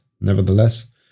nevertheless